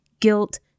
guilt